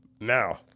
Now